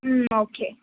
ம் ஓகே